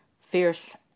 fierce